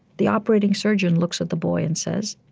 the operating surgeon looks at the boy and says,